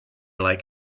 like